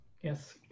Yes